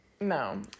no